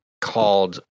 called